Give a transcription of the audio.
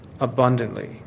abundantly